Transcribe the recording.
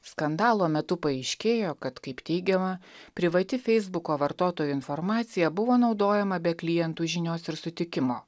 skandalo metu paaiškėjo kad kaip teigiama privati feisbuko vartotojų informacija buvo naudojama be klientų žinios ir sutikimo